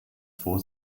vor